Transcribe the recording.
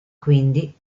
quindi